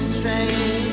train